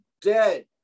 dead